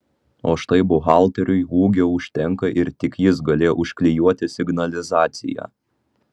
o štai buhalteriui ūgio užtenka ir tik jis galėjo užklijuoti signalizaciją